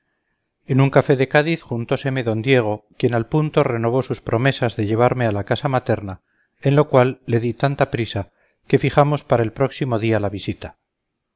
en un café de cádiz juntóseme d diego quien al punto renovó sus promesas de llevarme a la casa materna en lo cual le di tanta prisa que fijamos para el próximo día la visita